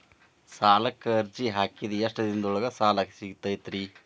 ಸಾಲಕ್ಕ ಅರ್ಜಿ ಹಾಕಿದ್ ಎಷ್ಟ ದಿನದೊಳಗ ಸಾಲ ಸಿಗತೈತ್ರಿ?